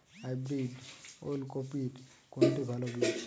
Hybrid ওল কপির কোনটি ভালো বীজ?